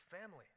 family